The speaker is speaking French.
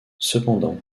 cependant